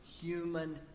human